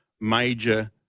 major